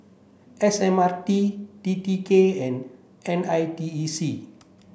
S M R T T T K and N I T E C